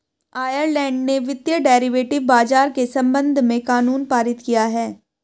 Ireland ने वित्तीय derivative बाजार के संबंध में कानून पारित किया है